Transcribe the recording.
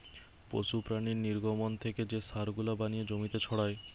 পশু প্রাণীর নির্গমন থেকে যে সার গুলা বানিয়ে জমিতে ছড়ায়